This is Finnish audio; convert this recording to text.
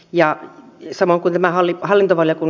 ja sama kuin tämä oli hallita vaille kun